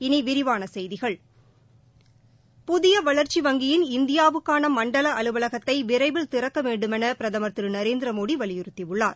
இனி விரிவான செய்திகள் புதிய வளர்ச்சி வங்கியின் இந்தியாவுக்கான மண்டல அலுவலகத்தை விரைவில் திறக்க வேண்டுமென பிரதமர் திரு நரேந்திரமோடி வலியுறுத்தியுள்ளார்